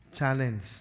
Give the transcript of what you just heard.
Challenge